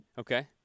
Okay